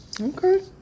Okay